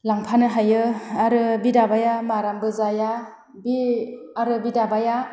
लांफानो हायो आरो बि दाबाया मारामबो जाया बि आरो बि दाबाया